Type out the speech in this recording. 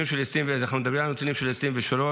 אנחנו מדברים על נתונים של 2023,